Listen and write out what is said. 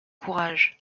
courage